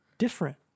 different